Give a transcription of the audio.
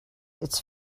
its